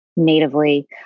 Natively